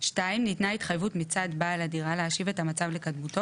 (2)ניתנה התחייבות מצד בעל הדירה להשיב את המצב לקדמותו